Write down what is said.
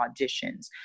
auditions